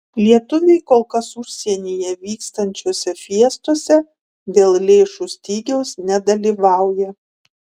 lietuviai kol kas užsienyje vykstančiose fiestose dėl lėšų stygiaus nedalyvauja